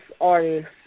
artist